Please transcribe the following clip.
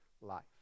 life